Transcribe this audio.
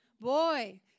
boy